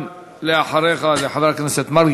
גם לחבר הכנסת מרגי